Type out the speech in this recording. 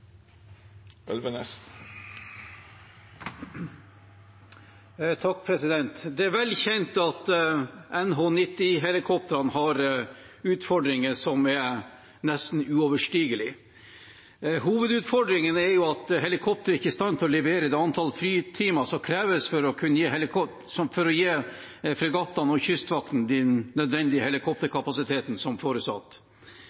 Det er vel kjent at NH90-helikoptrene har utfordringer som er nesten uoverstigelige. Hovedutfordringen er at helikopteret ikke er i stand til å levere det antallet flytimer som kreves for å kunne gi fregattene og Kystvakten den nødvendige helikopterkapasiteten som